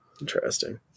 Interesting